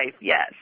yes